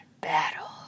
battle